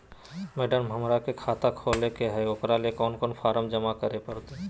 Madam, हमरा के खाता खोले के है उकरा ले कौन कौन फारम जमा करे परते?